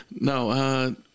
No